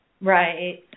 right